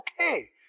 okay